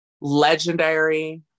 legendary